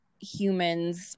humans